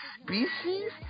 species